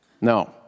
No